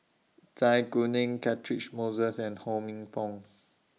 Zai Kuning Catchick Moses and Ho Minfong